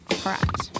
correct